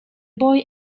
boy